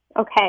Okay